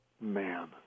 Man